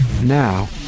Now